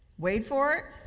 wait for